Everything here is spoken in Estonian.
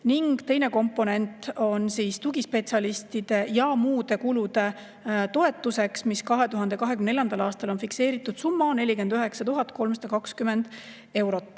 Teine komponent on tugispetsialistide ja muude kulude toetuseks, mis 2024. aastal on fikseeritud summa 49 320 eurot,